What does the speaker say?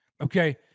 okay